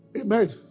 Amen